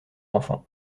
enfants